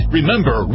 Remember